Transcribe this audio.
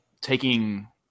taking